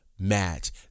match